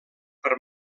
per